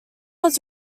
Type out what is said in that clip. was